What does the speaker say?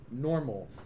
normal